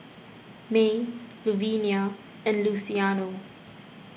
Mae Luvenia and Luciano